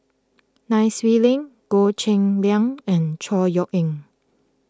Nai Swee Leng Goh Cheng Liang and Chor Yeok Eng